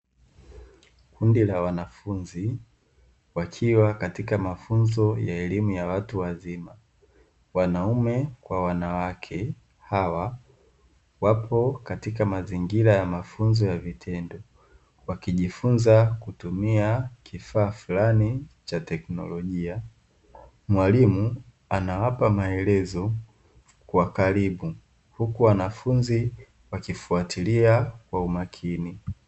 Kundi la wanafunzi wakiwa katika mafunzo ya elimu ya watu wazima, wanaume kwa wanawake